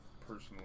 personally